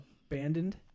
abandoned